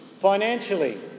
financially